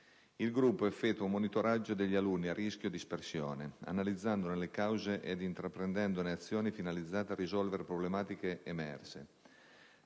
Il gruppo effettua un monitoraggio degli alunni a rischio dispersione, analizzandone le cause ed intraprendendo azioni finalizzate a risolvere le problematiche emerse: